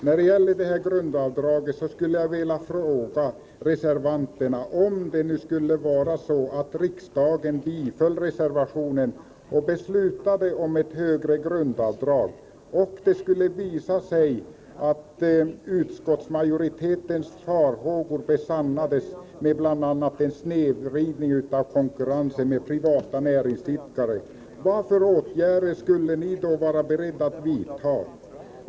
När det gäller grundavdraget skulle jag vilja fråga reservanterna: Om det nu skulle vara så att riksdagen biföll reservationen och beslutade höja grundavdraget och det senare skulle visa sig att utskottsmajoritetens farhågor besannades, med bl.a. en snedvridning av konkurrensen med privata näringsidkare som följd, vilka åtgärder skulle ni då vara beredda att vidta?